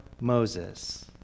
Moses